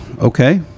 okay